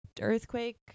earthquake